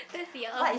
that's yours